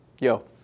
Yo